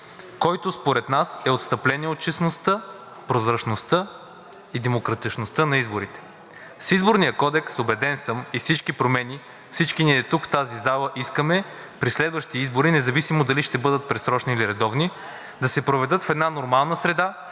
който според нас е отстъпление от честността, прозрачността и демократичността на изборите. С Изборния кодекс, убеден съм, и всички промени, всички ние тук, в тази зала, искаме при следващи избори, независимо дали ще бъдат предсрочни, или редовни, да се проведат в една нормална среда,